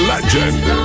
Legend